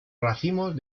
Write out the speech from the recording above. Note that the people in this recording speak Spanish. racimos